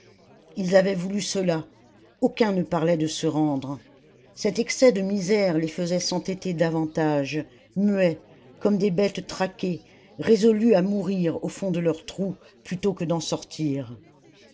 ils avaient voulu cela aucun ne parlait de se rendre cet excès de misère les faisait s'entêter davantage muets comme des bêtes traquées résolues à mourir au fond de leur trou plutôt que d'en sortir